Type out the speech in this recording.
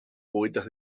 poetas